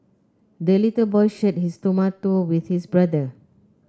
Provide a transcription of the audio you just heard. the little boy shared his tomato with his brother